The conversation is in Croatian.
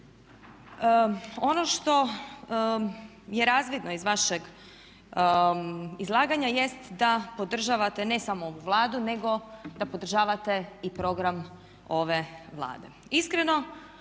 ono što je razvidno iz vašeg izlaganja jest da podržavate ne samo ovu Vladu, nego da podržavate program ove Vlade. Iskreno